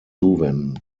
zuwenden